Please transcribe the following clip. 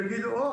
שיגידו: הו,